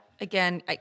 again